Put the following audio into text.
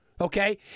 Okay